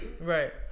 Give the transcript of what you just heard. Right